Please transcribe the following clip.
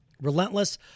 relentless